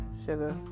sugar